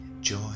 joy